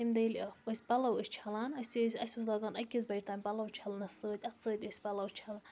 تَمہِ دۄہ ییٚلہِ أسۍ پَلو ٲسۍ چھَلان اَسہِ ٲسۍ اَسہِ اوس لاگان أکِس بَجہِ تام پَلو چھَلنَس سۭتۍ اَتھٕ سۭتۍ ٲسۍ پَلو چھَلان